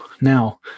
Now